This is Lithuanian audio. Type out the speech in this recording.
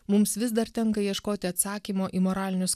mums vis dar tenka ieškoti atsakymo į moralinius